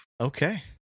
Okay